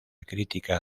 crítica